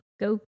Go